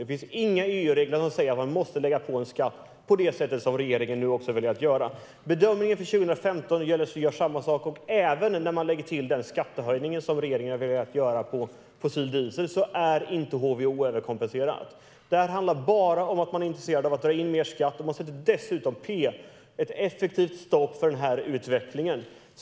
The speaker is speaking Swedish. Det finns inga EU-regler som säger att man måste lägga på en skatt på det sätt som regeringen nu också velat göra. Bedömningen för 2015 gör samma sak, och även när man lägger till den skattehöjning som regeringen har velat göra på fossil diesel så är inte HVO överkompenserad. Det här handlar bara om att man är intresserad av att dra in mer skatt, och man sätter dessutom p, ett effektivt stopp, för den här utvecklingen.